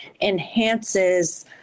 enhances